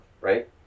Right